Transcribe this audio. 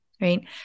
right